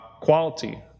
quality